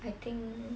I think